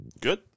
Good